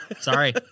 Sorry